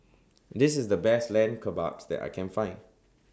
This IS The Best Lamb Kebabs that I Can Find